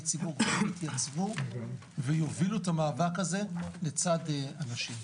ציבור יובילו את המאבק הזה לצד נשים.